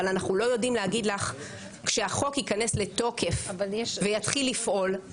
אבל אנחנו לא יודעים להגיד לך כשהחוק ייכנס לתוקף ויתחיל לפעול,